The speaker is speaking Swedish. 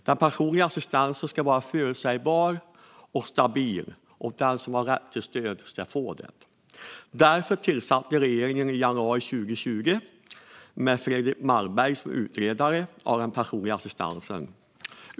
Den personliga assistansen ska vara förutsägbar och stabil, och den som har rätt till stöd ska få det. Därför tillsatte regeringen i januari 2020 Fredrik Malmberg som utredare av den personliga assistansen.